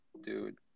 Dude